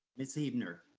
miss huebner.